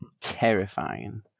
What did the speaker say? terrifying